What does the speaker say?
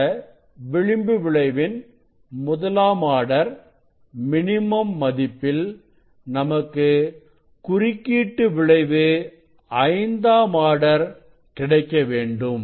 இந்த விளிம்பு விளைவின் முதலாம் ஆர்டர் மினிமம் மதிப்பில் நமக்கு குறுக்கீட்டு விளைவு ஐந்தாம் ஆர்டர் கிடைக்க வேண்டும்